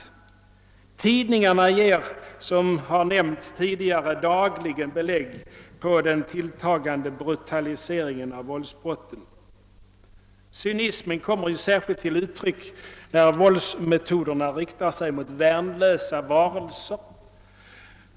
Tidningarna sger, som = tidigare nämnts, dagligen belägg för den tilltagande brutaliseringen av våldsbrotten. Cynismen kommer särskilt till uttryck när våldsmetoderna riktar sig mot värnlösa varelser.